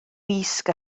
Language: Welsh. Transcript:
wisg